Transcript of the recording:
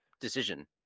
decision